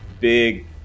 big